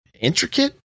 intricate